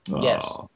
Yes